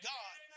God